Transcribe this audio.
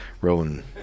rolling